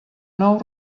nou